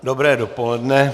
Dobré dopoledne.